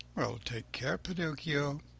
take care, pinocchio!